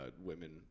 women